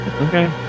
Okay